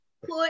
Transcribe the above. put